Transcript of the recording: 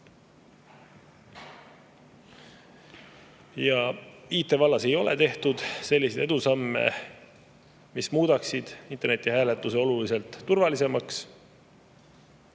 IT vallas ei ole tehtud selliseid edusamme, mis muudaksid internetihääletuse oluliselt turvalisemaks.